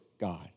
God